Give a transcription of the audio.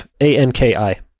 A-N-K-I